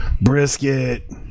brisket